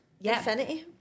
Infinity